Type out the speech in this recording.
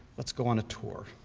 let's go on a tour.